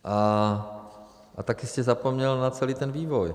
A taky jste zapomněl na celý ten vývoj.